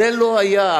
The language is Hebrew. זה לא היה.